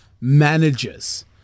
managers